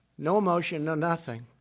no emotion. no nothing.